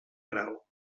grau